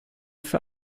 für